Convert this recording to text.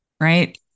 right